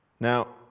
Now